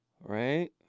right